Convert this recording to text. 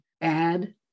add